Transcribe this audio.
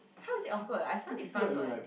how is it awkward I find it fun [what]